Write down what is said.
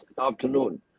afternoon